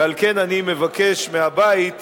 ועל כן אני מבקש מהבית לדחות,